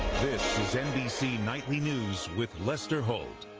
this is nbc nightly news with lester holt.